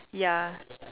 ya